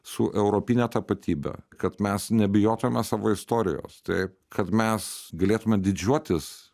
su europine tapatybe kad mes nebijotume savo istorijos taip kad mes galėtume didžiuotis